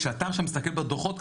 כשאתה עכשיו מסתכל בדוחות,